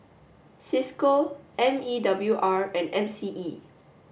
Cisco M E W R and M C E